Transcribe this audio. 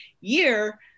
year